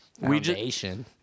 foundation